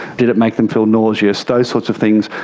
did it make them feel nauseous, those sorts of things,